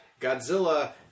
Godzilla